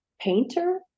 painter